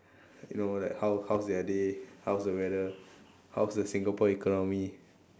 you know like how how's their day how's the weather how's the Singapore economy